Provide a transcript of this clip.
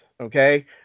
okay